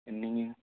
ഉണ്ടെങ്കിൽ